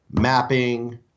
mapping